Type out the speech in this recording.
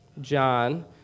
John